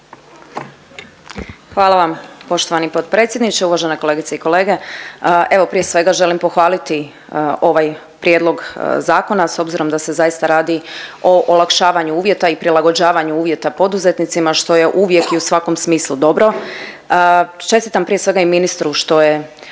Hvala vam poštovani potpredsjedniče, uvažene kolegice i kolege. Evo prije svega želim pohvaliti ovaj prijedlog zakona s obzirom da se zaista radi o olakšavanju uvjeta i prilagođavanju uvjeta poduzetnicima što je uvijek i u svakom smislu dobro. Čestitam prije svega i ministru što je,